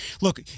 Look